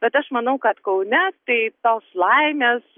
bet aš manau kad kaune tai tos laimės